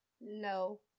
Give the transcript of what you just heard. No